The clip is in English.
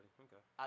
okay